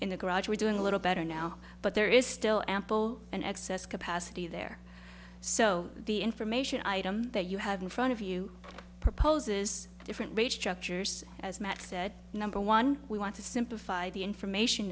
in the garage we're doing a little better now but there is still ample and excess capacity there so the information item that you have in front of you proposes a different rate structures as matt said number one we want to simplify the information